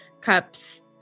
cups